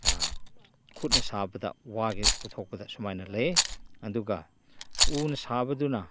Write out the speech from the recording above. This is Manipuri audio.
ꯈꯨꯠꯅ ꯁꯥꯕꯗ ꯋꯥꯒꯤ ꯄꯨꯊꯣꯛꯄꯗ ꯁꯨꯃꯥꯏꯅ ꯂꯩ ꯑꯗꯨꯒ ꯎꯅ ꯁꯥꯕꯗꯨꯅ